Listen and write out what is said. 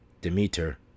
Demeter